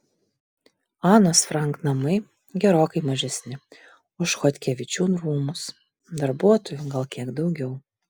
anos frank namai gerokai mažesni už chodkevičių rūmus darbuotojų gal kiek daugiau